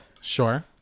sure